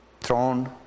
throne